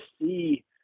see